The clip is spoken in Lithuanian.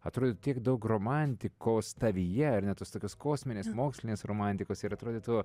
atrodyt tiek daug romantikos tavyje ar ne tos tokios kosminės mokslinės romantikos ir atrodytų